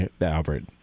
Albert